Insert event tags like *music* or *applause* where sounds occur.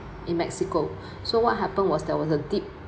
in mexico *breath* so what happened was there was a deep